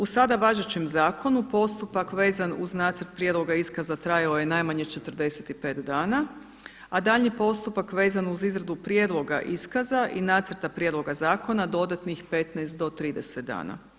U sada važećem zakonu postupak vezan uz nacrt prijedloga iskaza trajao je najmanje 45 dana, a daljnji postupak vezan uz izradu prijedloga iskaza i nacrta prijedloga zakona dodatnih 15 do 30 dana.